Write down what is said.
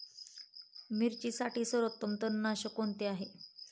मिरचीसाठी सर्वोत्तम तणनाशक कोणते आहे?